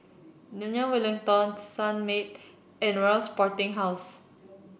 Daniel Wellington Sunmaid and Royal Sporting House